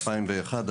2001,